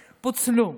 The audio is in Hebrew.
פוצלו.